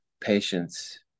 patience